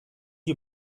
you